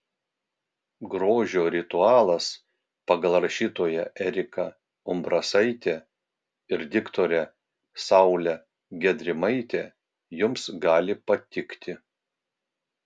grožio ritualas pagal rašytoją eriką umbrasaitę ir diktorę saulę gedrimaitę jums gali patikti